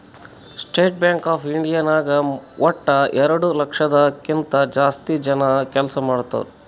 state Bank of India ನಾಗ್ ವಟ್ಟ ಎರಡು ಲಕ್ಷದ್ ಕಿಂತಾ ಜಾಸ್ತಿ ಜನ ಕೆಲ್ಸಾ ಮಾಡ್ತಾರ್